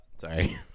Sorry